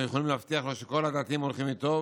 יכולים להבטיח לו שכל הדתיים הולכים איתו,